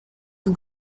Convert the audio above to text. two